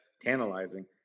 tantalizing